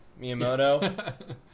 Miyamoto